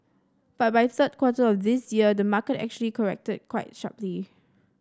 but by third quarter of this year the market actually corrected quite sharply